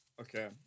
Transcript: Okay